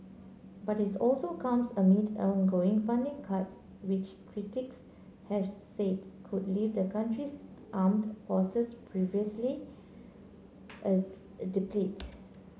but it also comes amid ongoing funding cuts which critics have said could leave the country's armed forces perilously depleted